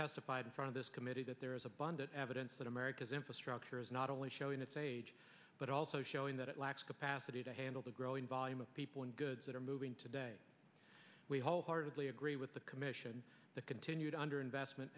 testified in front of this committee that there is abundant evidence that america's infrastructure is not only showing its age but also showing that it lacks capacity to handle the growing volume of people and goods that are moving today we wholeheartedly agree with the commission that continued under investment